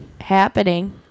happening